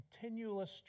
continuous